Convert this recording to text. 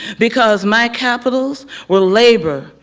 because my capitals will labour,